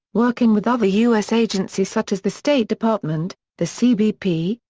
working with other u s. agencies such as the state department, the cbp,